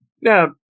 Now